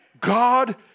God